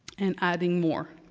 and adding more.